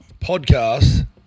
podcast